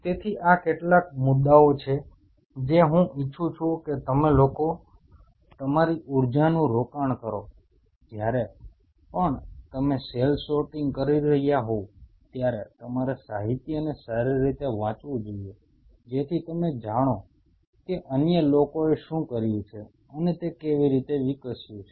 તેથી આ કેટલાક મુદ્દાઓ છે જે હું ઈચ્છું છું કે તમે લોકો તમારી ઉર્જાનું રોકાણ કરો જ્યારે પણ તમે સેલ સોર્ટિંગ કરી રહ્યા હોવ ત્યારે તમારે સાહિત્યને સારી રીતે વાંચવું જોઈએ જેથી તમે જાણો કે અન્ય લોકોએ શું કર્યું છે અને તે કેવી રીતે વિકસ્યું છે